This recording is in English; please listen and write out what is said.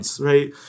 right